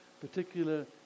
particular